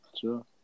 Sure